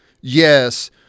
Yes